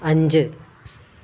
അഞ്ച്